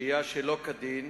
שהייה שלא כדין